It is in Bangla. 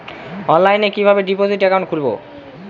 অনলাইনে কিভাবে ডিপোজিট অ্যাকাউন্ট খুলবো?